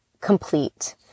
complete